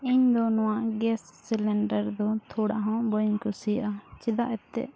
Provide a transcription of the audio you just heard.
ᱤᱧᱫᱚ ᱱᱚᱣᱟ ᱫᱚ ᱛᱷᱚᱲᱟ ᱦᱚᱸ ᱵᱟᱹᱧ ᱠᱩᱥᱤᱭᱟᱜᱼᱟ ᱪᱮᱫᱟᱜ ᱮᱱᱛᱮᱫ